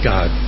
God